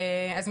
אז,